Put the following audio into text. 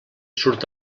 surt